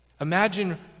Imagine